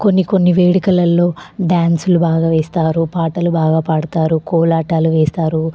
కొన్ని కొన్ని వేడుకలలో డాన్సులు బాగా వేస్తారు పాటలు బాగా పాడతారు కోలాటాలు వేస్తారు